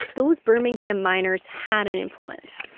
those birmingham miners had an influence,